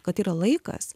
kad yra laikas